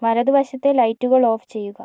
വലതു വശത്തെ ലൈറ്റുകൾ ഓഫ് ചെയ്യുക